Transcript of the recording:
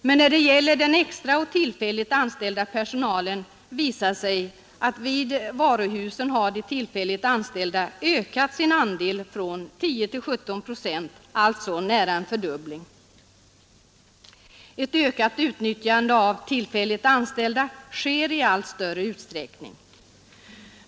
Men när det gäller den extra och tillfälligt anställda personalen visar det sig att vid varuhusen har de tillfälligt anställda ökat sin andel från 10 till 17 procent, alltså nära en fördubbling. Ett ökat utnyttjande av tillfälligt anställda sker i allt större utsträckning.